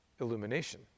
illumination